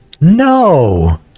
No